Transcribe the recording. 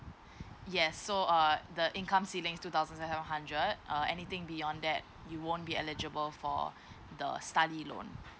yes so err the income ceiling's two thousand seven hundred uh anything beyond that you won't be eligible for the study loan